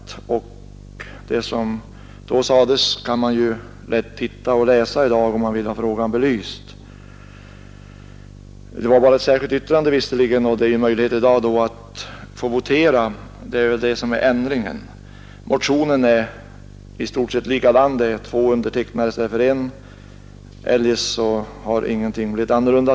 Vad som då sades kan man ju lätt läsa i dag, om man vill ha frågan belyst. Då var det visserligen bara ett särskilt yttrande, medan det i dag är möjligt att få votera. Det är det som är ändringen. Motionen är i stort sett likadan. Det är två undertecknare i stället för en. Eljest har ingenting blivit annorlunda.